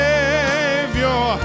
Savior